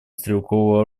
стрелкового